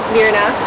Mirna